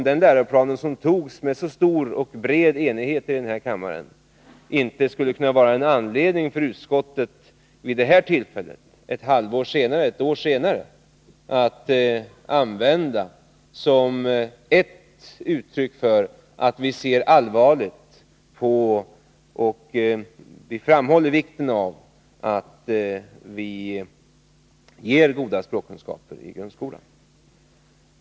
Den läroplanen antogs med mycket bred enighet här i kammaren, och det vore väl konstigt om utskottet inte vid det här tillfället, ett år senare, mot bakgrund av den skulle kunna framhålla vikten av att ge goda språkkunskaper i grundskolan.